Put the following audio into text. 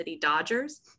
Dodgers